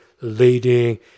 leading